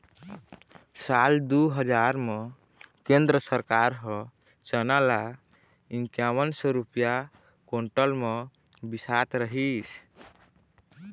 साल दू हजार म केंद्र सरकार ह चना ल इंकावन सौ रूपिया कोंटल म बिसात रहिस